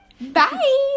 Bye